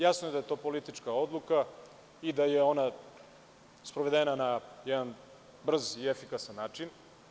Jasno je da je to politička odluka i da je ona sprovedena na brz i efikasan način.